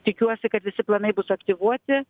tikiuosi kad visi planai bus aktyvuoti